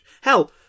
Hell